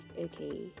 okay